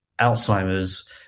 Alzheimer's